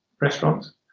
restaurants